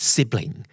Sibling